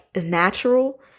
natural